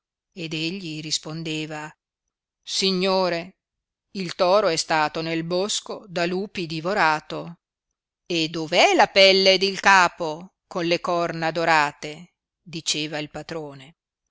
ed egli rispondeva signore il toro è stato nel bosco da lupi divorato e dove è la pelle ed il capo con le corna dorate diceva il patrone